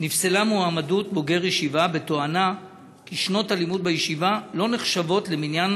נפסלה מועמדות בוגר ישיבה בתואנה ששנות הלימוד בישיבה לא נחשבות למניין